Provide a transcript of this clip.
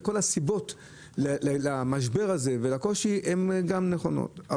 וכל הסיבות למשבר הזה ולקושי הן גם נכונות.